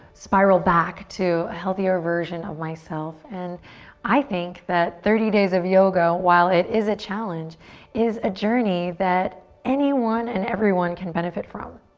spiral back to a healthier version of myself? and i think that thirty days of yoga while it is a challenge is a journey that anyone and everyone can benefit from.